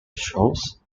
shows